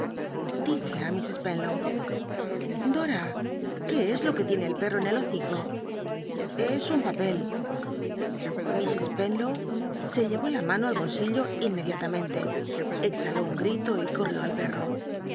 elije ú miss spenlow dora qué es lo que tiene el perro en el hocico es un papel mis spenlow se llevó la mano al bolsillo inmediatamente exhaló un gtito y corl'ió al pereo